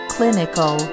Clinical